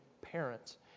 parents